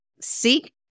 Seek